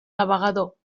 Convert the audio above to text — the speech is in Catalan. navegador